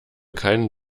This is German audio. keinen